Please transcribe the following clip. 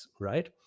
right